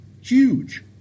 huge